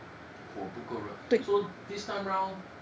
火不过热 so this time round